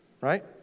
Right